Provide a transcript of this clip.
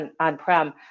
on-prem